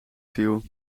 viel